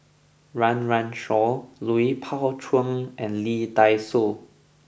Run Run Shaw Lui Pao Chuen and Lee Dai Soh